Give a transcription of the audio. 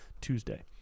Tuesday